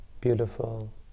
beautiful